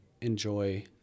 enjoy